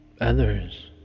others